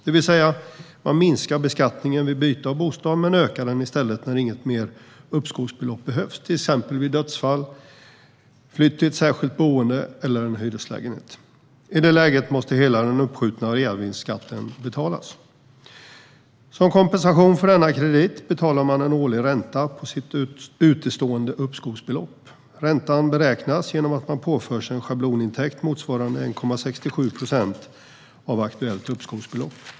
Man minskar alltså beskattningen vid byte av bostad men ökar den i stället när inget mer uppskovsbelopp behövs, till exempel vid dödsfall, flytt till ett särskilt boende eller till en hyreslägenhet. I det läget måste hela den uppskjutna reavinstskatten betalas. Som kompensation för denna kredit betalar man en årlig ränta på sitt utestående uppskovsbelopp. Räntan beräknas genom att man påförs en schablonintäkt motsvarande 1,67 procent av aktuellt uppskovsbelopp.